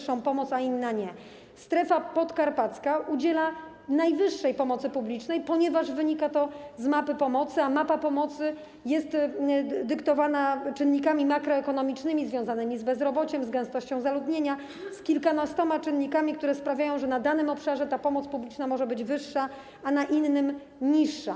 Strefa podkarpacka udziela największej pomocy publicznej, ponieważ wynika to z mapy pomocy, a mapa pomocy jest dyktowana czynnikami makroekonomicznymi związanymi z bezrobociem, gęstością zaludnienia, z kilkunastoma czynnikami, które sprawiają, że na danym obszarze ta pomoc publiczna może być większa, a na innym mniejsza.